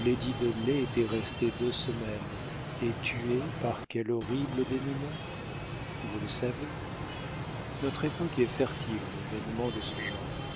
lady dudley était restée deux semaines et tuée par quel horrible dénoûment vous le savez notre époque est fertile en événements de ce genre